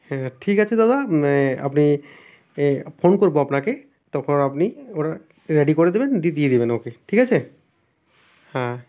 হ্যাঁ ঠিক আছে দাদা আপনি ফোন করবো আপনাকে তখন আপনি ওটা রেডি করে দেবেন দিই দিয়ে দেবেন আমাকে ঠিক আছে হ্যাঁ